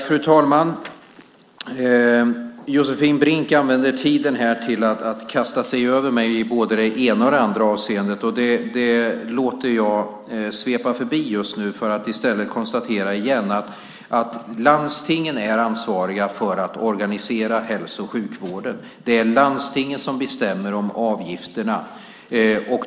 Fru talman! Josefin Brink använder tiden till att kasta sig över mig i både det ena och det andra avseendet. Det låter jag svepa förbi just nu för att i stället återigen konstatera att landstingen är ansvariga för att organisera hälso och sjukvården. Det är landstingen som bestämmer om avgifterna.